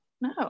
no